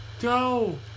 Go